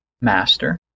master